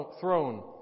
throne